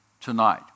tonight